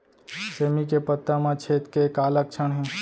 सेमी के पत्ता म छेद के का लक्षण हे?